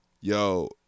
yo